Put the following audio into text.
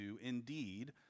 Indeed